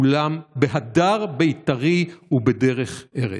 אולם בהדר בית"רי ובדרך ארץ.